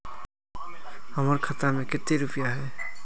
हमर खाता में केते रुपया है?